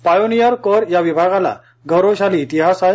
pioneer corps या विभागाला गौरवशाली इतिहास आहे